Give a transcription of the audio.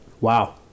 wow